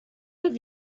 have